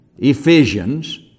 Ephesians